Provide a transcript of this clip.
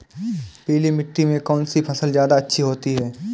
पीली मिट्टी में कौन सी फसल ज्यादा अच्छी होती है?